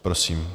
Prosím.